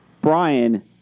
Brian